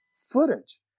footage